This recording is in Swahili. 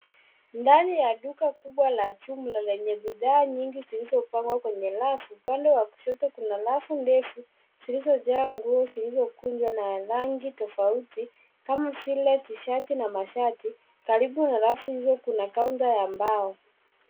Ndai ya duka kubwa la chumba lenye bidhaa nyingi zilizopangwa kwenye rafu upande wa kushoto kuna rafu ndefu zilizojaa nguo zilizokunjwa na rangi tofauti kama vile tishati na mashati karibu na rafu hizo kuna kaunta ya mbao